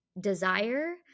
desire